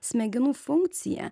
smegenų funkcija